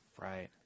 Right